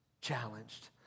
Challenged